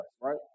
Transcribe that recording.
right